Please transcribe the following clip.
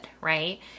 right